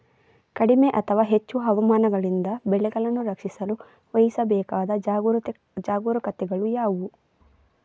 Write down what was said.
ಕಡಿಮೆ ಅಥವಾ ಹೆಚ್ಚು ಹವಾಮಾನಗಳಿಂದ ಬೆಳೆಗಳನ್ನು ರಕ್ಷಿಸಲು ವಹಿಸಬೇಕಾದ ಜಾಗರೂಕತೆಗಳು ಯಾವುವು?